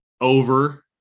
over